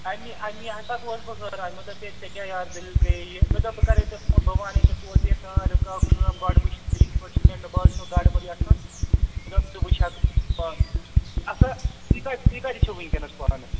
اَمی اَمی ہَسا گَوس بہٕ حٲران مےٚ دوٚپ ہَے ژےٚ کیٛاہ یارٕ دٔلیٖل گٔیۍ یہِ مےٚ دوٚپ بہٕ کَرے ژےٚ فون بہٕ وَنے ژےٚ توتہِ یہِ تام رُکاو کٲم گۄڈٕ وُچھ یِتھٕ پٲٹھۍ چھِ مےٚ باسٮ۪و گَڈ بڈ یتھ منٛز مےٚ دوٚپ ژٕ وُچھکھ پانہٕ تہِ اَسا تُہۍ کَتہِ تُہۍ کَتہِ چھُو ؤنکیٚنَس پانہٕ